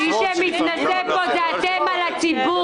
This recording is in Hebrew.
מי שמתנשא זה אתם על הציבור,